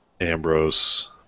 Ambrose